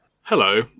Hello